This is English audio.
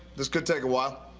this could take a while.